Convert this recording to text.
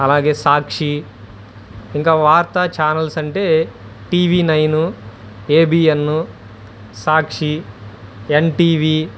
అలాగే సాక్షి ఇంకా వార్తా ఛానెల్స్ అంటే TV nine ABN Sakshi NTV